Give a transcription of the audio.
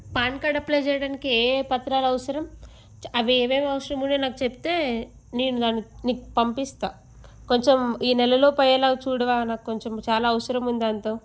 pan card apply చెయ్యడానికి ఏఏ పత్రాలవసరం చ అవి ఏమేమీ అవసరం ఉంటే నాకు చెప్తే నేను దాని నీకు పంపిస్తాను కొంచెం ఈ నెలలోపు అయ్యేలాగ చూడవా నాకు కొంచెం చాలా అవసరం ఉంది దాంతో